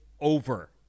over